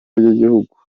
ry’igihugu